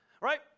Right